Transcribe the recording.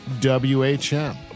whm